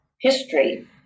history